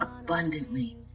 abundantly